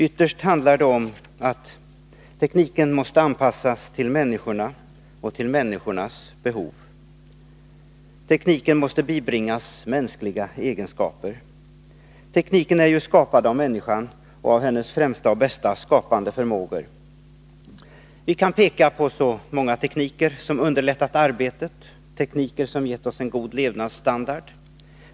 Ytterst handlar det om att tekniken måste anpassas till människorna och till deras behov. Tekniken måste bibringas mänskliga egenskaper. Tekniken är ju skapad av människan och av hennes främsta och bästa skapande förmågor. Vi kan peka på så många tekniker som underlättat arbetet, tekniker som gett oss en god levnadsstandard.